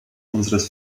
unseres